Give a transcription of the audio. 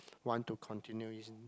want to continue isn't